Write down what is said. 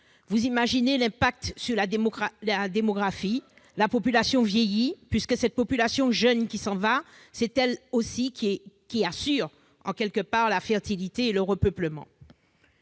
Vous imaginez l'impact sur la démographie : la population vieillit, puisque cette population jeune qui s'en va, c'est celle qui assure, en quelque sorte, par sa fertilité, le repeuplement.